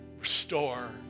Restore